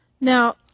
Now